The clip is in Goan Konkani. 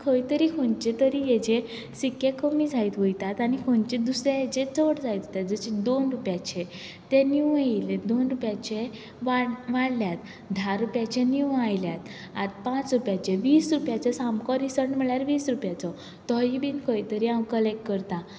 खंय तरी खंनचे तरी हाजेर सिक्के खूब कमी जायत वयतात आनी खंयचे दुसरे हाजेर चड जायत वयता जशे दोन रुपयाचे ते नीव येयल्या दोन रुपयाचे वा वाडल्यात धा रुपयाचे नीव आयल्यात आतां पांच रुपयाचे वीस रुपयाचे सामको रिसंट म्हणल्यार वीस रुपयाचो तोयी बीन खंयतरी हांव कलेक्ट करतां